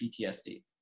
PTSD